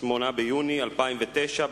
8 ביוני 2009,